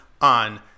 on